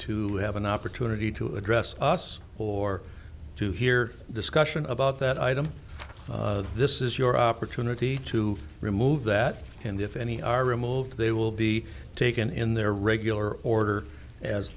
to have an opportunity to address us or to hear discussion about that item this is your opportunity to remove that and if any are removed they will be taken in their regular order as